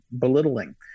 belittling